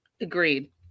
agreed